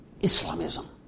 Islamism